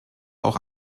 auch